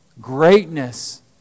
Greatness